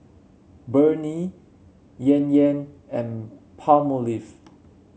Burnie Yan Yan and Palmolive